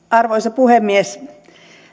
arvoisa puhemies